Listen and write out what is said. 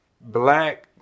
black